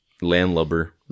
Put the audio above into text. Landlubber